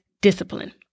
discipline